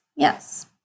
Yes